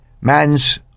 man's